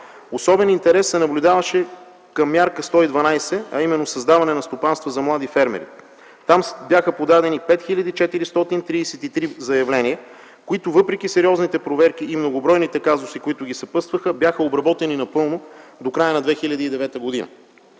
Особен интерес се наблюдаваше към Мярка 112, а именно „Създаване на стопанства на млади фермери”. Там бяха подадени 5433 заявления, които въпреки сериозните проверки и многобройните казуси, които ги съпътстваха, бяха обработени напълно до края на 2009 г.